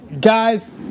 Guys